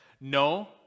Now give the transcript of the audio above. no